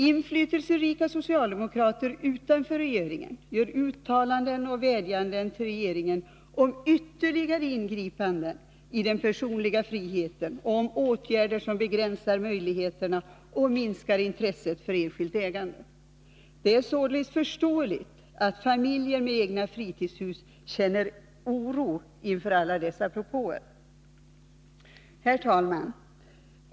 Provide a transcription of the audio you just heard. Inflytelserika socialdemokrater utanför regeringen gör uttalanden och vädjanden till regeringen om ytterligare ingripanden i den personliga friheten och om åtgärder som begränsar möjligheterna och minskar intresset för enskilt ägande. Det är således förståeligt att familjer med egna fritidshus känner oro inför alla dessa propåer. Herr talman!